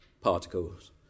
particles